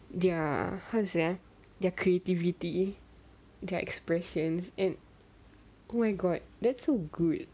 their how to say ah their creativity their expressions and oh my god that's so good